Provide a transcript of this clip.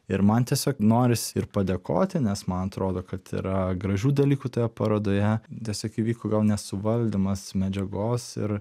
ir man tiesiog norisi ir padėkoti nes man atrodo kad yra gražių dalykų toje parodoje tiesiog vyko gal nesuvaldymas medžiagos ir